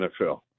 NFL